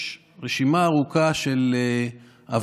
יש רשימה ארוכה של עוולות,